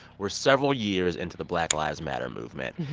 we're several years into the black lives matter movement.